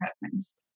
preference